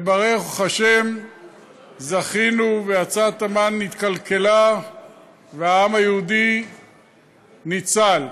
וברוך השם זכינו והצעת המן נתקלקלה והעם היהודי ניצל.